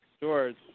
George